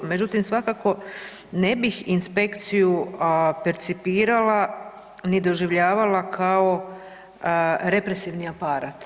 Međutim, svakako ne bih inspekciju percipirala ni doživljavala kao represivni aparat.